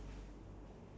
hello